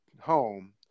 home